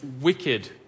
wicked